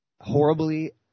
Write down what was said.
horribly –